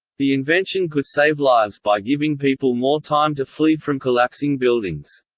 the invention could save lives by giving people more time to flee from collapsing buildings.